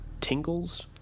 tingles